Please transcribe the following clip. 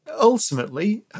Ultimately